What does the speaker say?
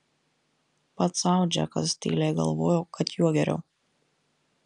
pats sau džekas tyliai galvojo kad juo geriau